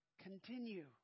continue